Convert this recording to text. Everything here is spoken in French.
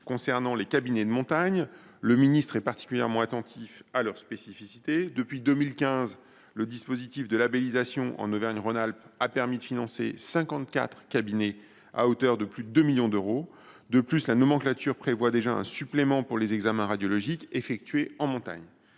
concerne les cabinets de montage, le ministre est particulièrement attentif à leurs spécificités. Depuis 2015, le dispositif de labellisation en Auvergne Rhône Alpes a permis de financer cinquante quatre cabinets pour un peu plus de 2 millions d’euros. De plus, la nomenclature prévoit déjà un supplément pour les examens radiologiques effectués en montagne.